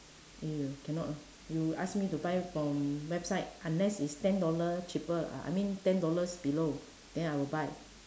eh cannot ah you ask me to buy from website unless it's ten dollars cheaper uh I mean ten dollars below then I will buy